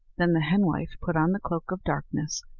then the henwife put on the cloak of darkness,